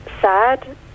sad